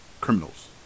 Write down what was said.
criminals